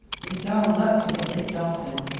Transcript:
it's our luck t' git licked often,